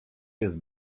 jest